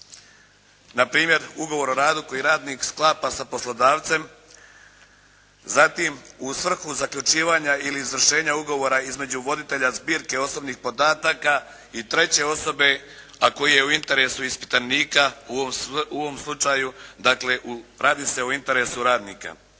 na primjer ugovor o radu koji radnik sklapa sa poslodavcem. Zatim u svrhu zaključivanja ili izvršenja ugovora između voditelja zbirke osobnih podataka i treće osobe, a koji je u interesu ispitanika u ovom slučaju dakle radi se o interesu radnika.